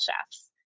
chefs